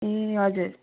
ए हजुर